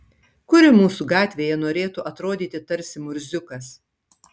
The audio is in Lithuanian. kuri mūsų gatvėje norėtų atrodyti tarsi murziukas